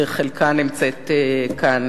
שחלקה נמצאת כאן,